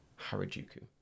Harajuku